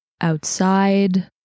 outside